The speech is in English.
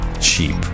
cheap